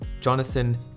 Jonathan